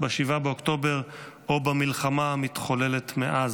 ב-7 באוקטובר או במלחמה המתחוללת מאז.